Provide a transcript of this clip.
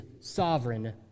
sovereign